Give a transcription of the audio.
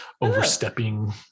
overstepping